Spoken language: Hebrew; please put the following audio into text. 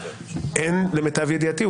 למיטב ידיעתי,